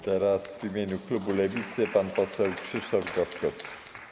Teraz w imieniu klubu Lewicy pan poseł Krzysztof Gawkowski.